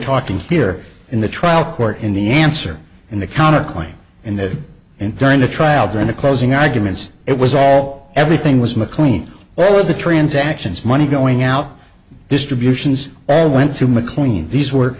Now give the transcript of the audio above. talking here in the trial court in the answer in the counterclaim in the end during the trial during the closing arguments it was all everything was mclean all of the transactions money going out distributions and went to mclean these were